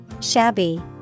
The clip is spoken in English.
Shabby